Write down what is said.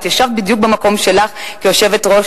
את ישבת בדיוק במקום שלך כיושבת-ראש,